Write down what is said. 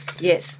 yes